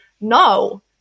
no